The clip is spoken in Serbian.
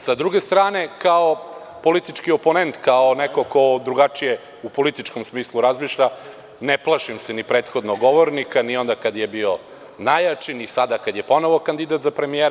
Sa druge strane, kao politički oponent, kao neko ko drugačije u političkom smislu razmišlja, ne plašim se ni prethodnog govornika, ni onda kada je bio najjači, ni sada kada je ponovo kandidat za premijera.